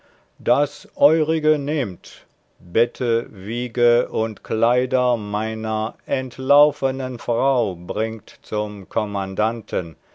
das eurige nehmt bette wiege und kleider meiner entlaufenen frau bringt zum